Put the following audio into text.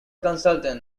consultant